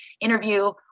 interview